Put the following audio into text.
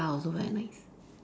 pizza also very nice